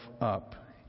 up